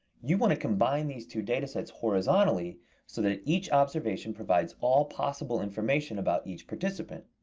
you want to combine these two data sets horizontally so that each observation provides all possible information about each participant.